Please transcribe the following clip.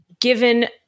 given